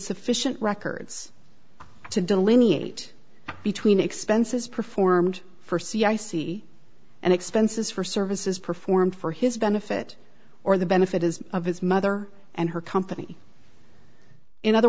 sufficient records to delineate between expenses performed for c i c and expenses for services performed for his benefit or the benefit is of his mother and her company in other